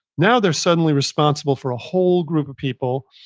now, they're suddenly responsible for a whole group of people.